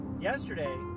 yesterday